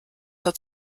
hat